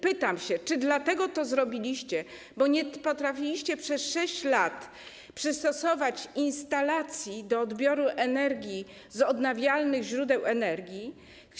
Pytam się: Czy dlatego to zrobiliście, bo nie potrafiliście przez 6 lat przystosować instalacji do odbioru energii z odnawialnych źródeł energii?